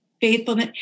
faithfulness